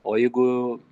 o jeigu